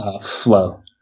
flow